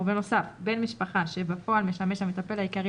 ובנוסף בן משפחה שבפועל משמש המטפל עיקרי